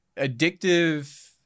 addictive